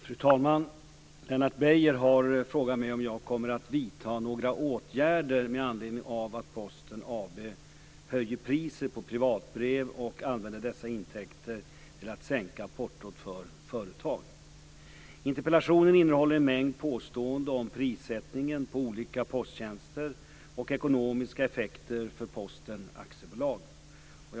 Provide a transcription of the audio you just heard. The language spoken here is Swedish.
Fru talman! Lennart Beijer har frågat mig om jag kommer att vidta några åtgärder med anledning av att Posten AB höjer priset på privatbrev och använder dessa intäkter till att sänka portot för företag. Interpellationen innehåller en mängd påståenden om prissättningen på olika posttjänster och ekonomiska effekter för Posten AB.